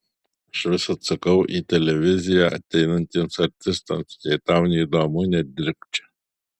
aš visad sakau į televiziją ateinantiems artistams jei tau neįdomu nedirbk čia